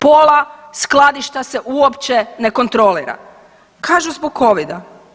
Pola skladišta se uopće ne kontrolira, kažu zbog covida.